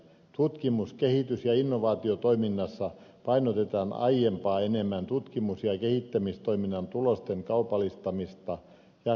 tutkimus kehitys ja innovaatiotoiminnassa painotetaan aiempaa enemmän tutkimus ja kehittämistoiminnan tulosten kaupallistamista ja kansainvälistymistä